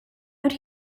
out